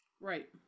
Right